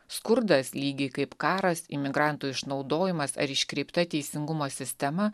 skurdas lygiai kaip karas imigrantų išnaudojimas ar iškreipta teisingumo sistema